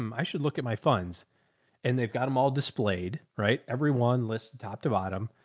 um i should look at my funds and they've got them all displayed. right. everyone listed top to bottom.